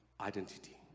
identity